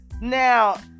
now